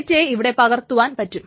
ഡേറ്റയെ ഇവിടെ പകർത്തുവാൻ പറ്റും